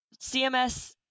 CMS